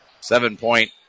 Seven-point